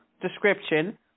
description